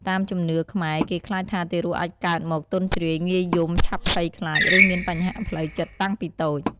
តាមជំនឿខ្មែរ គេខ្លាចថាទារកអាចកើតមកទន់ជ្រាយ ងាយយំ ឆាប់ភ័យខ្លាច ឬមានបញ្ហាផ្លូវចិត្តតាំងពីតូច។